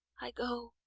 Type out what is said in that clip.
i go,